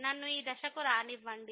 నన్ను ఈ దశకు రానివ్వండి